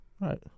Right